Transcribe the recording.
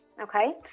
Okay